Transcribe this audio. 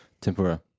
Tempura